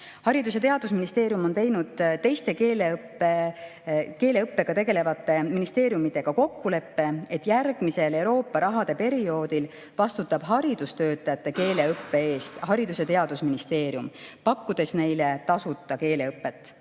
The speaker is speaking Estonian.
Haridus‑ ja Teadusministeerium on teinud teiste keeleõppega tegelevate ministeeriumidega kokkuleppe, et järgmisel Euroopa rahade perioodil vastutab haridustöötajate keeleõppe eest Haridus‑ ja Teadusministeerium, pakkudes neile tasuta keeleõpet.